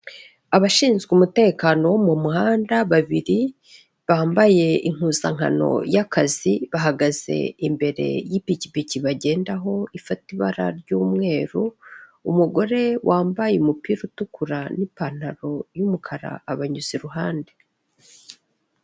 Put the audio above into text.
Abashinzwe umutekano wo mu muhanda babiri, bambaye impuzankano y'akazi, bahagaze imbere y'ipikipiki bagendaho ifata ibara ry'umweru, umugore wambaye umupira utukura n'ipantaro y'umukara abanyuze iruhande.